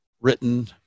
written